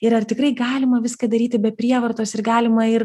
ir ar tikrai galima viską daryti be prievartos ir galima ir